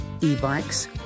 e-bikes